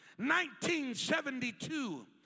1972